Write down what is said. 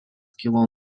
kilo